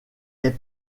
est